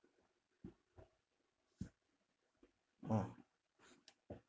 ah